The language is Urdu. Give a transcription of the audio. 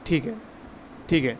ٹھیک ہے ٹھیک ہے